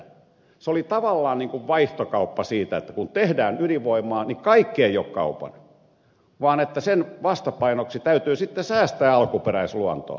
se oli tavallaan niin kuin vaihtokauppa siitä että kun tehdään ydinvoimaa niin kaikki ei ole kaupan vaan sen vastapainoksi täytyy sitten säästää alkuperäisluontoa